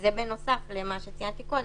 זה מה שיעשה את השינוי?